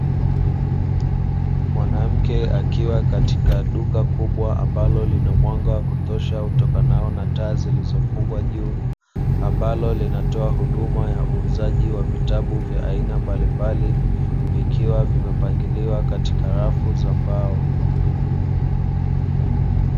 Mwanamke akiwa katika duka kubwa ambalo lina mwanga wa kutosha utakanao na taa ambazo zimefungwa juu, ambalo linatoa huduma ya uuzaji wa vitabu vya aina mbalimbali vikiwa vimepangiliwa katika rafu za mbao.